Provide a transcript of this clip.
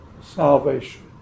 salvation